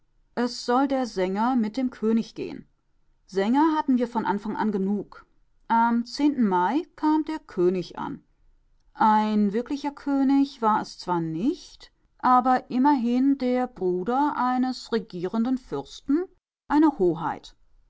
es soll der sänger mit dem könig gehen sänger hatten wir von anfang an genug am mai kam der könig an ein wirklicher könig war es zwar nicht aber immerhin der bruder eines regierenden fürsten eine